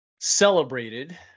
celebrated